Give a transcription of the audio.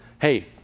hey